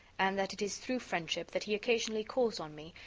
and that it is through friendship that he occasionally calls on me,